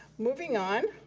moving on,